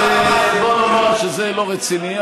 אז בוא נאמר שזה לא רציני.